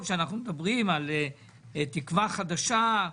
שהממשלה הקודמת לקחה כסף שהיה מגיע לנכים,